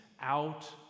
out